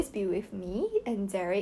his